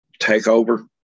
takeover